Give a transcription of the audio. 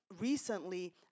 recently